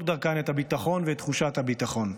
דרכן את הביטחון ואת תחושת הביטחון.